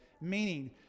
Meaning